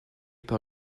par